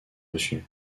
reçus